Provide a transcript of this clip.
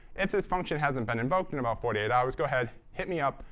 if this function hasn't been invoked in about forty eight hours, go ahead. hit me up.